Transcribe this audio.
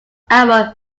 our